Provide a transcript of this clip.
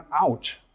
out